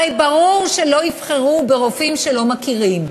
הרי ברור שלא יבחרו ברופאים שלא מכירים,